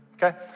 Okay